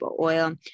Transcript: oil